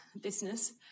business